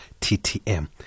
TTM